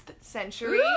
century